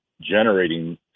generating